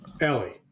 Ellie